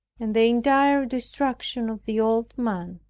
and the entire destruction of the old man.